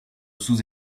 sous